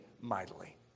mightily